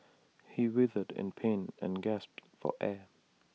he writhed in pain and gasped for air